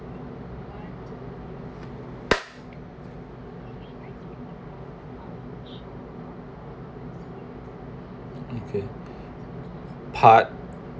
okay part